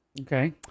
Okay